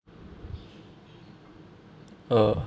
uh